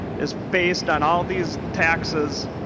is based on all these taxes